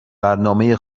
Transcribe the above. برنامه